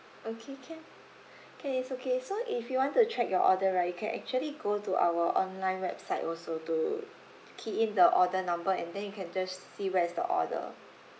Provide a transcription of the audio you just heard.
okay can can it's okay so if you want to check your order right you can actually go to our online website also to key in the order number and then you can just see where is the order